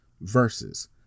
Versus